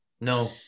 No